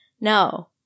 No